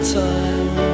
time